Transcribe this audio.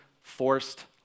forced